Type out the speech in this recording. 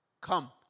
come